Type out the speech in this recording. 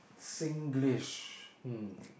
Singlish hmm